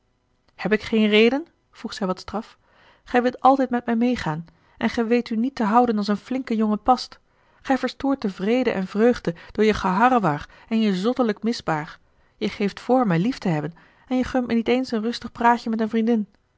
heb ik geen reden vroeg zij wat straf gij wilt altijd met mij meêgaan en gij weet u niet te houden als een flinken jongen past gij verstoort den vrede en vreugde door je geharrewar en je zottelijk misbaar je geeft voor mij lief te hebben en je gunt me niet eens een rustig praatje met eene vriendin